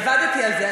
עבדתי על זה.